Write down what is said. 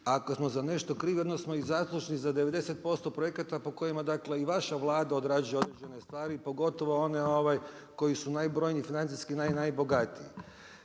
Ako smo za nešto krivi, odmah smo i zaslužni za 90% projekata po kojima dakle i vaša Vlada odrađuje određene stvari pogotovo one koji su najbrojniji financijski najbogatiji.